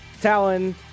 Talon